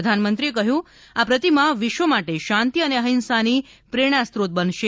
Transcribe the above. પ્રધાનમંત્રીએ કહ્યું કે આ પ્રતિમા વિશ્વ માટે શાંતિ અને અહિંસાની પ્રેરણાસ્રોત બનશે